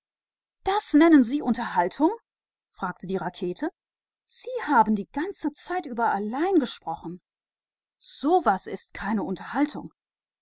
eine nette unterhaltung das sagte die rakete sie haben die ganze zeit allein gesprochen das nenne ich keine unterhaltung